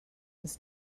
his